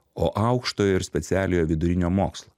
o aukštojo ir specialiojo vidurinio mokslo